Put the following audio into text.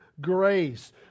grace